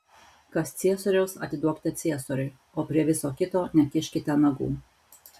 kas ciesoriaus atiduokite ciesoriui o prie viso kito nekiškite nagų